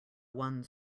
one